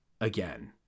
again